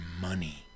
money